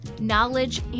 knowledge